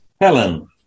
Helen